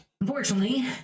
Unfortunately